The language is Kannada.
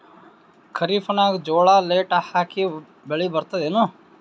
ಖರೀಫ್ ನಾಗ ಜೋಳ ಲೇಟ್ ಹಾಕಿವ ಬೆಳೆ ಬರತದ ಏನು?